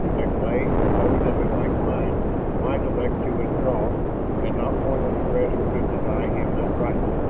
deklay and those of a like mind might elect to withdraw and not one of the rest could deny him that right.